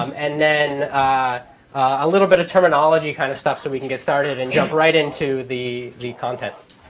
um and then a little bit of terminology kind of stuff. so we can get started and jump right into the the content.